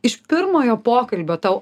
iš pirmojo pokalbio tau